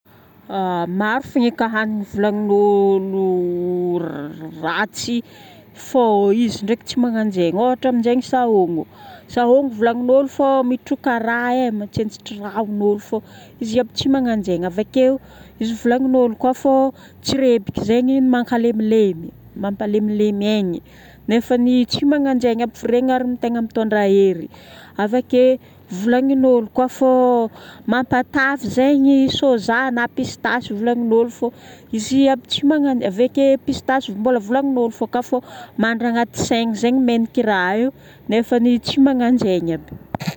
Maro fogna eky hanigny volagnin'olo fô izy ndraiky tsy magnano zegny. Ohatra amin'izegny sahomo. Sahomo volagnin'olo fô mitroka rà e, mitsentsitra ràn'olo fô izy aby tsy magnano zegny. Avakeo, izy volagnin'olo koa fô tsirebika zegny mankalemilemy, mampalemilemy aigny, nefany tsy magnano zegny aby fa regny ary no tegna mitondra hery. Avake volagnin'olo koa volagnin'olo koa fô mampatavy zegny ny soja, na pistasy volagnin'olo fô izy iaby tsy magnano- avake pistasy mbola volagnin'olo fô ka fô mandry agnaty saigna menak'i raha io nefany tsy magnano zegny io.